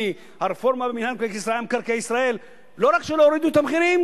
החוק הזה, לא רק שהוא לא ישרת את המחאה,